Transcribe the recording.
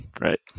right